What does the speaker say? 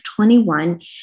21